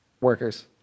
workers